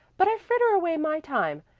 but i fritter away my time,